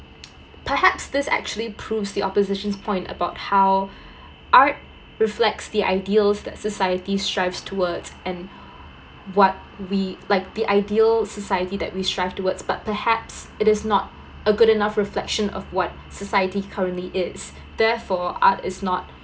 perhaps this actually proves the opposition points about how art reflects the ideals that society strives towards and what we like the ideal society that we strive towards but perhaps it is not a good enough reflection of what society currently is therefore art is not